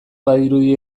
badirudi